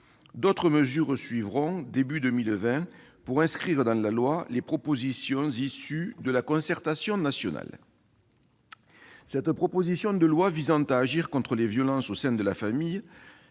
D'autres mesures suivront, début 2020, pour inscrire dans la loi les propositions issues de la concertation nationale. La proposition de loi visant à agir contre les violences au sein de la famille